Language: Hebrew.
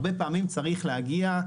הרבה פעמים צריך להגיע,